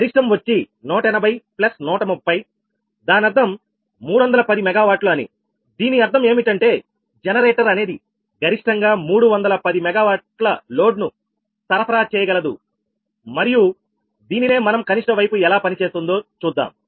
గరిష్టం వచ్చి 180 130 దానర్థం 310 MW అని దీని అర్థం ఏమిటంటే జనరేటర్ అనేది గరిష్ఠంగా 310 MW లోడ్ను సరఫరా చేయ గలదు మరియు దీనినే మనం కనిష్ట వైపు ఎలా పని చేస్తుందో చూద్దాం